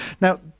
Now